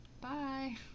Bye